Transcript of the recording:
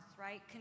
right